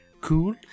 cool